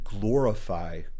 glorify